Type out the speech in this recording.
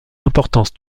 importance